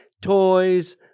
toys